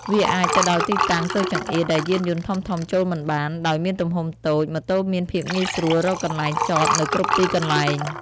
វាអាចទៅដល់ទីតាំងតូចចង្អៀតដែលយានយន្តធំៗចូលមិនបាន ដោយមានទំហំតូច ម៉ូតូមានភាពងាយស្រួលរកកន្លែងចតនៅគ្រប់ទីកន្លែង ។